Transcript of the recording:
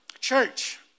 Church